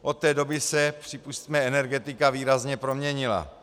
Od té doby se, připusťme, energetika výrazně proměnila.